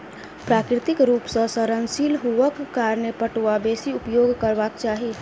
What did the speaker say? प्राकृतिक रूप सॅ सड़नशील हुअक कारणें पटुआ बेसी उपयोग करबाक चाही